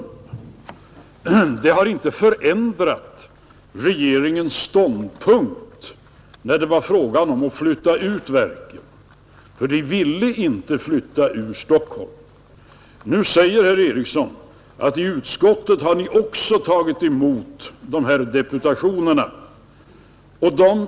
Det har emellertid inte förändrat regeringens ståndpunkt när det var fråga om att flytta ut verken, trots att dessa inte ville flytta ut från Stockholm. Nu säger herr Eriksson att man också i utskottet har tagit emot dessa deputationer.